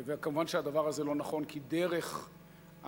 וכמובן, הדבר הזה לא נכון, כי דרך המחדל,